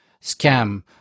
scam